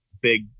big